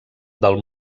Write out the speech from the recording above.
del